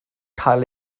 cael